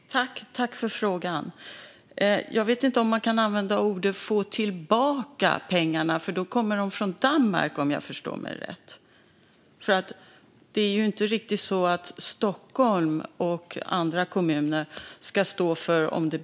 Herr talman! Jag tackar för frågan. Jag vet inte om man kan använda uttrycket "få tillbaka pengarna", för de kommer från Danmark om jag förstår det rätt. Om det betalas skatt i ett annat land är det ju inte riktigt så att Stockholm och andra kommuner ska stå för det.